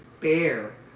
bear